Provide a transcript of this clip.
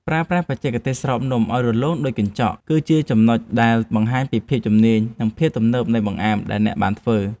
ប្រើប្រាស់បច្ចេកទេសស្រោបនំឱ្យរលោងដូចកញ្ចក់ គឺជាចំណុចដែលបង្ហាញពីភាពជំនាញ និងភាពទំនើបនៃបង្អែមដែលអ្នកបានធ្វើ។